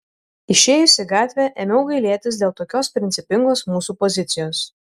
išėjus į gatvę ėmiau gailėtis dėl tokios principingos mūsų pozicijos